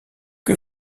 que